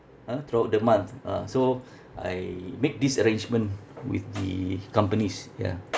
ah throughout the month ah so I make this arrangement with the companies ya